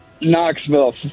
Knoxville